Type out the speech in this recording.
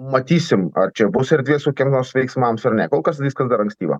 matysim ar čia bus erdvės kokiem nors veiksmams ar ne kol kas viskas dar ankstyva